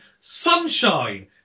Sunshine